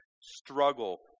struggle